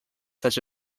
such